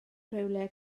rhywle